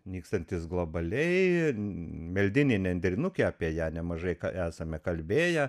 nykstantis globaliai meldinė nendrinukė apie ją nemažai ką esame kalbėję